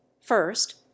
first